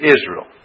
Israel